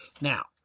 Now